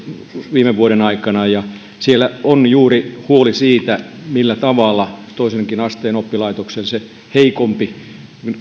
viime vuoden aikana ja siellä on huoli juuri siitä millä tavalla toisenkin asteen oppilaitoksen se heikompi